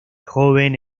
joven